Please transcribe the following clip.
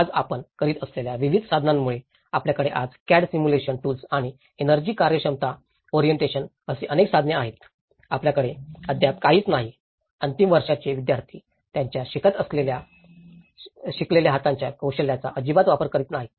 आज आपण करत असलेल्या विविध साधनांमुळे आपल्याकडे आज CAD सिम्युलेशन टूल्स आणि एनर्जी कार्यक्षमता ओरिएंटेशन अशी अनेक साधने येत आहेत आपल्याकडे अद्याप काहीच नाही अंतिम वर्षाचे विद्यार्थी त्यांच्या शिकलेल्या हातांच्या कौशल्यांचा अजिबात वापर करीत नाहीत